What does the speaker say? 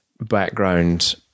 background